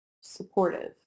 Supportive